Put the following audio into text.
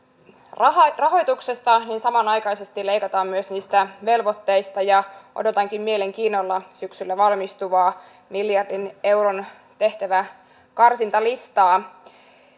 rahoituksesta niin samanaikaisesti leikataan myös niistä velvoitteista ja odotankin mielenkiinnolla syksyllä valmistuvaa miljardin euron tehtäväkarsintalistaa